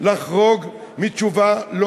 לא